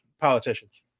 politicians